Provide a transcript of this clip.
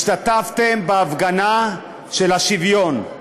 השתתפתם בהפגנה של השוויון.